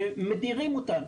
שמדירים אותנו.